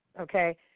okay